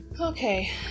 Okay